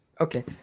Okay